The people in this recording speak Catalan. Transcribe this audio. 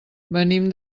venim